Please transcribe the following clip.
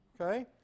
Okay